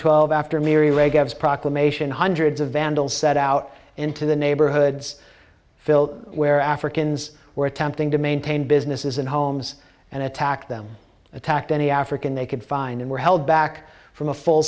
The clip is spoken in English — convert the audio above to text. twelve after miri reagan's proclamation hundreds of vandals set out into the neighborhoods filled where africans were attempting to maintain businesses and homes and attacked them attacked any african they could find and were held back from a full